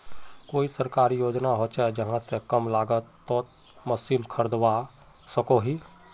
कोई सरकारी योजना होचे जहा से कम लागत तोत मशीन खरीदवार सकोहो ही?